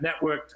networked